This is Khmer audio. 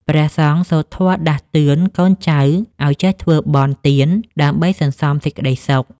ព្រះសង្ឃសូត្រធម៌ដាស់តឿនកូនចៅឱ្យចេះធ្វើបុណ្យទាន ដើម្បីសន្សំសេចក្ដីសុខ។